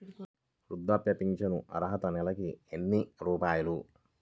వృద్ధాప్య ఫింఛను అర్హత నెలకి ఎన్ని రూపాయలు?